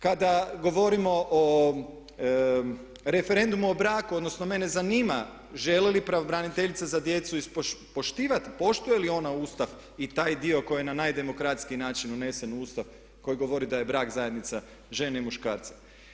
Kada govorimo o referendumu o braku odnosno mene zanima želi li pravobraniteljica za djecu ispoštivati, poštuje li ona Ustav i taj dio koji je na najdemokratskiji način unesen u Ustav koji govori da je brak zajednica žene i muškarca?